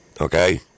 Okay